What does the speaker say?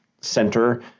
center